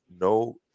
No